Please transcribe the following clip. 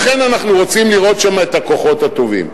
לכן אנחנו רוצים לראות שם את הכוחות הטובים.